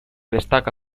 destaca